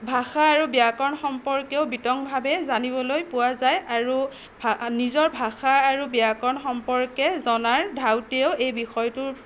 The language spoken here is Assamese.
ভাষা আৰু ব্যাকৰণ সম্পৰ্কেও বিতংভাৱে জানিবলৈ পোৱা যায় আৰু ভা নিজৰ ভাষা আৰু ব্যাকৰণ সম্পৰ্কে জনাৰ ধাউতিও এই বিষয়টোৰ